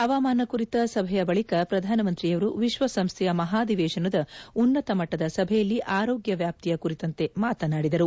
ಹವಾಮಾನ ಕುರಿತ ಸಭೆಯ ಬಳಿಕ ಪ್ರಧಾನಮಂತ್ರಿಯವರು ವಿಶ್ವಸಂಸ್ದೆಯ ಮಹಾಧಿವೇಶನದ ಉನ್ನತ ಮಟ್ಟದ ಸಭೆಯಲ್ಲಿ ಆರೋಗ್ಯ ವ್ಯಾಪ್ತಿಯ ಕುರಿತಂತೆ ಮಾತನಾದಿದರು